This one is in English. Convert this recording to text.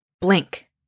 Blink